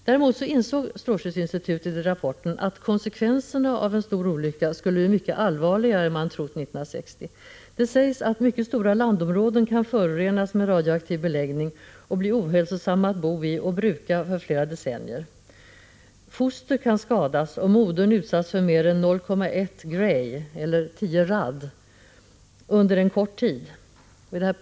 Däremot insåg strålskyddsinstitutet i rapporten att konsekvenserna av en stor olycka skulle bli mycket allvarligare än man trott 1960. Det sägs att mycket stora landområden kan förorenas med radioaktiv beläggning och bli ohälsosamma att bo i och bruka för flera decennier. Foster kan skadas om modern utsatts för mer än 0,1 Gy eller 10 rad under en kort tid.